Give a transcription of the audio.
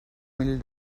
mil